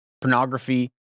pornography